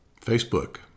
Facebook